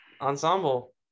ensemble